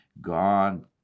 God